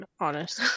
honest